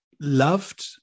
loved